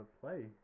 play